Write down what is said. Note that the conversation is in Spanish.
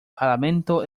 parlamento